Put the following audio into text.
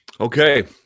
Okay